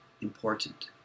important